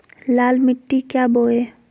लाल मिट्टी क्या बोए?